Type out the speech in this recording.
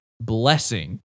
blessing